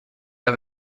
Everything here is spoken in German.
der